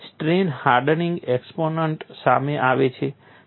strain hardening exponent સામે આવે છે